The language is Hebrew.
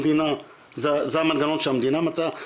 המדינה זה המנגנון שהמדינה מצאה,